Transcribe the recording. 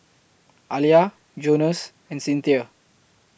Alia Jonas and Cinthia